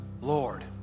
Lord